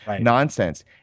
nonsense